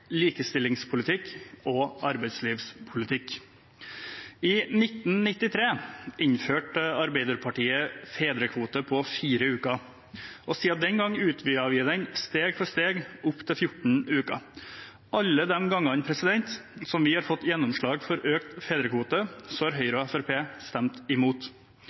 likestillingspolitikk og arbeidslivspolitikk. I 1993 innførte Arbeiderpartiet fedrekvote på fire uker, og siden den gangen utvidet vi den steg for steg opp til 14 uker. Alle gangene vi har fått gjennomslag for økt fedrekvote, har Høyre og Fremskrittspartiet stemt imot.